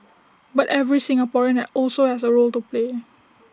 but every Singaporean are also has A role to play